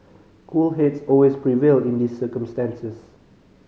cool heads always prevail in these circumstances